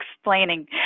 explaining